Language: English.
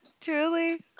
Truly